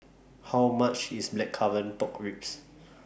How much IS Blackcurrant Pork Ribs